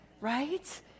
right